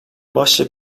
başlıca